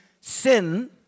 sin